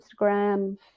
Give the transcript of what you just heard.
instagram